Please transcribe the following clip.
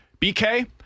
BK